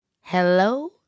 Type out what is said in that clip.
Hello